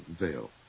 veil